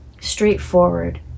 Straightforward